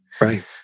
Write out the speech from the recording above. Right